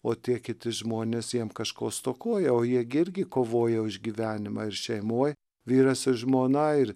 o tie kiti žmonės jiem kažko stokoja o jie gi irgi kovoja už gyvenimą ir šeimoj vyras ir žmona ir